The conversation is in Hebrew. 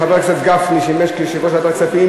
כשחבר הכנסת גפני שימש יושב-ראש ועדת הכספים,